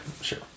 Sure